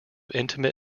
intimate